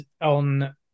on